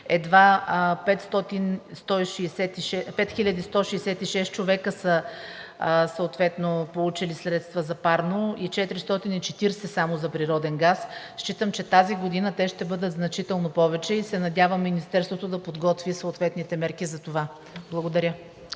едва 5166 човека са получили средства за парно и само 440 за природен газ. Считам, че тази година те ще бъдат значително повече и се надявам Министерството да подготви съответните мерки за това. Благодаря.